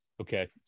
okay